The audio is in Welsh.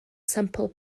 sampl